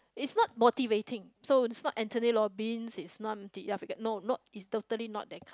it's not motivating so it's not Tony-Robbins it's not ya no not it's totally not that kind